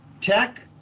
tech